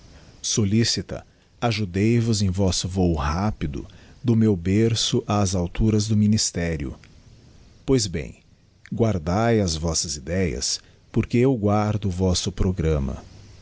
caminho solicita ajudei vos em vosso vôo rápido do meu berço ás alturas do ministério pois bem guardae as vossas idéas porque eu guardo o vosso programma